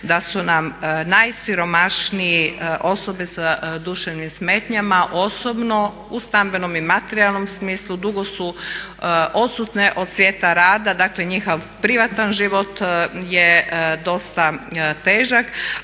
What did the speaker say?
da su nam najsiromašniji osobe s duševnim smetnjama osobno u stambenom i materijalnom smislu, dugo su odsutne od svijeta rada, dakle njihov privatan život je dosta težak.